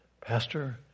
Pastor